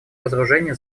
разоружения